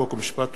חוק ומשפט.